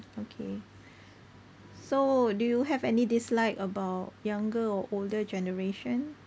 okay so do you have any dislike about younger or older generation